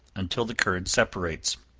until the curd separates